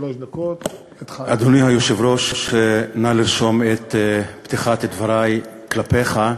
אדוני היושב-ראש, נא לרשום את פתיחת דברי כלפיך: